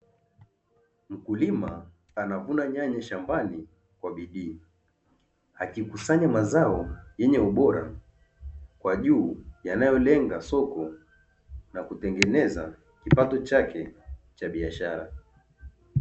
Mkulima anavuna nyanya shambani kwa bidii. Akikusanya mazao yenye ubora kwa juu, yanayolenga soko na kutengeneza kipato chake cha biashara.